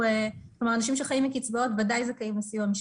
כלומר אנשים שחיים מקצבאות בוודאי זכאים לסיוע משפטי,